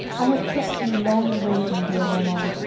i have kept thee long in waiting, dear romuald,